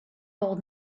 old